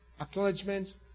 acknowledgement